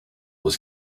was